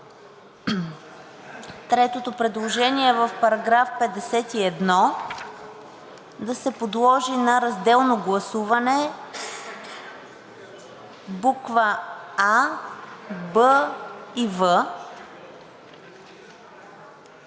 Третото предложение е в § 51 да се подложи на разделно гласуване буква „а“, „б“ и